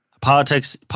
Politics